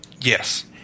Yes